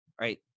right